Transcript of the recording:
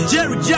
Jerry